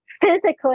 physically